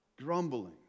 grumbling